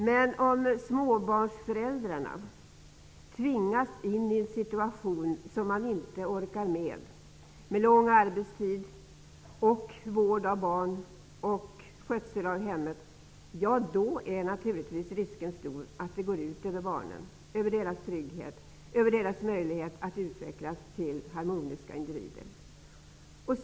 Men om småbarnsföräldrarna tvingas in i en situation som man inte orkar med, med lång arbetstid och med vård av barn och skötsel av hemmet, då är risken naturligtvis stor att det går ut över barnen, att det går ut över barnens trygghet och möjlighet att utvecklas till harmoniska individer.